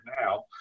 now